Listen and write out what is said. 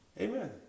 Amen